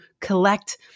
collect